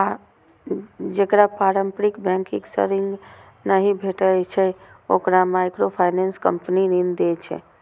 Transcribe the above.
जेकरा पारंपरिक बैंकिंग सं ऋण नहि भेटै छै, ओकरा माइक्रोफाइनेंस कंपनी ऋण दै छै